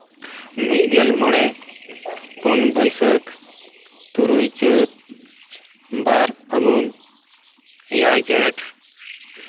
ᱢᱤᱫᱜᱮᱞ ᱢᱚᱬᱮ ᱯᱩᱱ ᱵᱟᱹᱭᱥᱟᱹᱠᱷ ᱛᱩᱨᱩᱭ ᱪᱟᱹᱛ ᱵᱟᱨ ᱯᱷᱟᱹᱜᱩᱱ ᱮᱭᱟᱭ ᱡᱷᱮᱴ